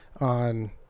on